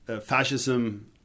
fascism